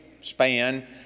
span